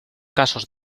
casos